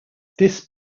this